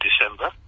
December